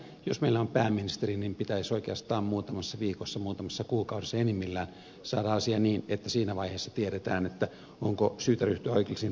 jos meillä on pääministeri pitäisi oikeastaan muutamassa viikossa muutamassa kuukaudessa enimmillään saada asia niin että siinä vaiheessa tiedetään onko syytä ryhtyä oikeudellisiin toimiin vai ei